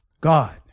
God